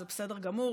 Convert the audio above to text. זה בסדר גמור,